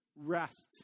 Rest